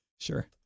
Sure